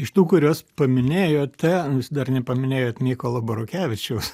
iš tų kuriuos paminėjote jūs dar nepaminėjot mykolo burokevičiaus